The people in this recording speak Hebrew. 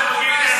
היו יותר הרוגים.